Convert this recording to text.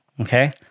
Okay